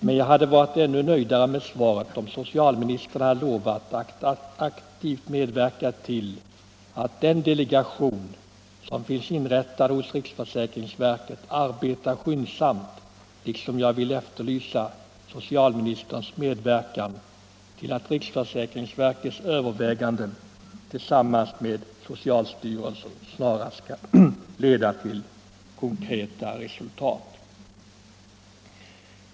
Men jag hade varit ännu nöjdare med svaret, om socialministern hade lovat att aktivt medverka till att den delegation som finns inrättad hos riksförsäkringsverket arbetar skyndsamt, liksom jag vill efterlysa socialministerns medverkan till att riksförsäkringsverkets överväganden tillsammans med soicalstyrelsens snarast skall leda till konkreta resultat.